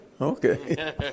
Okay